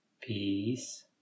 Peace